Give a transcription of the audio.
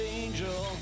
angel